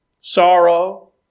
sorrow